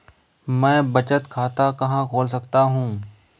मैं बचत खाता कहाँ खोल सकता हूँ?